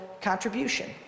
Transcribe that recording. contribution